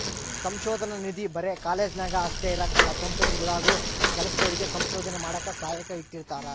ಸಂಶೋಧನಾ ನಿಧಿ ಬರೆ ಕಾಲೇಜ್ನಾಗ ಅಷ್ಟೇ ಇರಕಲ್ಲ ಕಂಪನಿಗುಳಾಗೂ ಕೆಲ್ಸದೋರಿಗೆ ಸಂಶೋಧನೆ ಮಾಡಾಕ ಸಹಾಯಕ್ಕ ಇಟ್ಟಿರ್ತಾರ